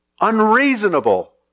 unreasonable